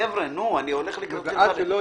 חבר'ה, אני הולך לקראתכם.